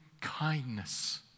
kindness